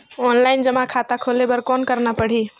Offline जमा खाता खोले बर कौन करना पड़ही?